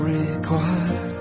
required